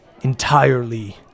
entirely